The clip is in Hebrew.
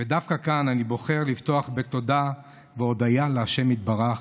ודווקא כאן אני בוחר לפתוח בתודה והודיה לה' יתברך,